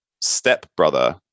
stepbrother